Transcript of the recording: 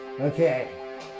Okay